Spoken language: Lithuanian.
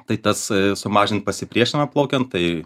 tai tas sumažint pasipriešinimą plaukiant tai